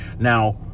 Now